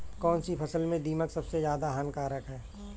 कौनसी फसल में दीमक सबसे ज्यादा हानिकारक है?